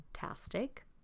fantastic